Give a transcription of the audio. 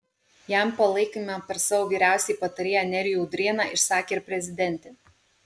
jam palaikymą per savo vyriausiąjį patarėją nerijų udrėną išsakė ir prezidentė